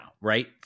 Right